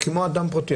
כמו אדם פרטי.